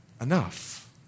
enough